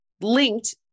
linked